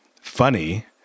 funny